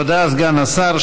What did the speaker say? תודה לסגן השר.